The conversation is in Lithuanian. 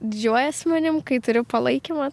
didžiuojasi manim kai turiu palaikymą